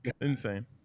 Insane